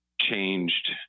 changed